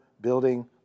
building